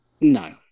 No